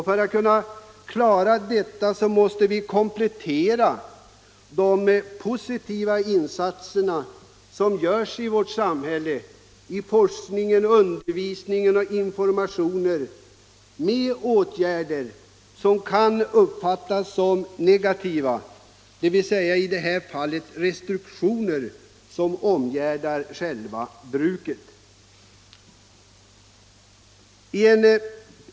För att klara det måste vi komplettera de positiva insatserna i forskning, undervisning och information med åtgärder som kan uppfattas som negativa, dvs. i det här fallet restriktioner som omgärdar alkoholbruket.